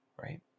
Right